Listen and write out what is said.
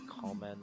comment